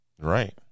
Right